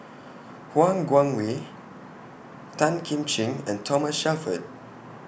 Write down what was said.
Han Guangwei Tan Kim Ching and Thomas Shelford